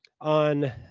On